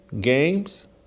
games